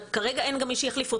כרגע אין גם מי שיחליף אותן.